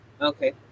okay